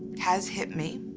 has hit me.